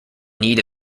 need